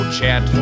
chat